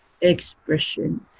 expression